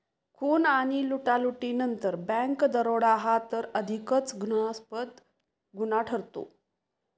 खून आणि लुटालुटीनंतर बँक दरोडा हा तर अधिकच घृणास्पद गुन्हा ठरतो